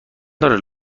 دارد